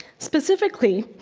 specifically,